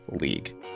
league